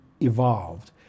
evolved